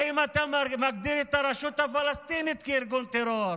האם אתה מגדיר את הרשות הפלסטינית כארגון טרור?